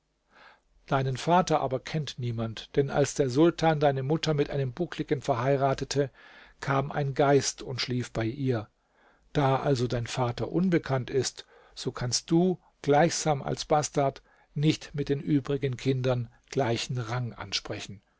deinen vater aber kennt niemand denn als der sultan deine mutter mit einem buckligen verheiratete kam ein geist und schlief bei ihr da also dein vater unbekannt ist so kannst du gleichsam als bastard nicht mit den übrigen kindern gleichen rang ansprechen